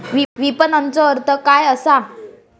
विपणनचो अर्थ काय असा?